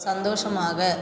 சந்தோஷமாக